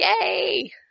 Yay